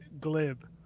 glib